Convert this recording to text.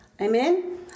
Amen